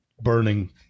burning